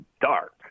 dark